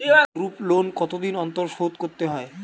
Group loan কতদিন অন্তর শোধকরতে হয়?